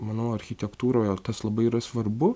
manau architektūroje tas labai yra svarbu